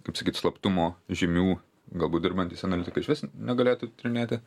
kaip sakyt slaptumo žymių galbūt dirbantys analitikai išvis negalėtų tyrinėti